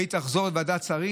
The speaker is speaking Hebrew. והיא תחזור לוועדת שרים.